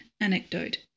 Anecdote